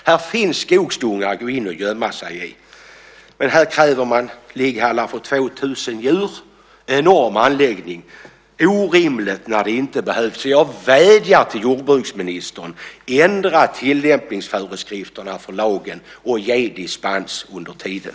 Här finns skogsdungar att gå in och gömma sig i. Men här kräver man ligghallar för 2 000 djur. Det är en enorm anläggning. Det är orimligt när det inte behövs. Jag vädjar till jordbruksministern: Ändra tillämpningsföreskrifterna för lagen och ge dispens under tiden!